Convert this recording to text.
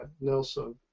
Nelson